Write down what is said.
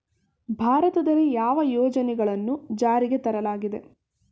ಭಾರತದಲ್ಲಿ ಯಾವ ಯೋಜನೆಗಳನ್ನು ಜಾರಿಗೆ ತರಲಾಗಿದೆ?